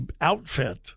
outfit